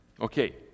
Okay